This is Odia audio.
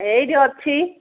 ଏଇଠି ଅଛି